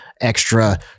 extra